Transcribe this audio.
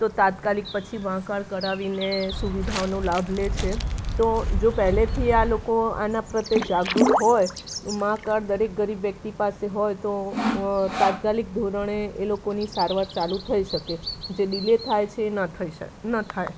તો તાત્કાલિક પછી મા કાડ કઢાવીને સુવિધાઓનો લાભ લે છે તો જો પહેલેથી આ લોકો આના પ્રત્યે જાગૃત હોય મા કાડ દરેક ગરીબ વ્યક્તિ પાસે હોય તો તાત્કાલિક ધોરણે એ લોકોની સારવાર ચાલું થઈ શકે જે ડિલે થાય છે એ ન થઈ શકે ન થાય